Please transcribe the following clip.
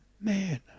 man